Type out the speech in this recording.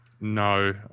No